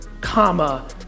comma